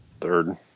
third